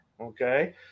Okay